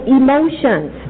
emotions